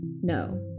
no